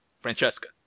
Francesca